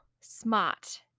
smart